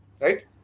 right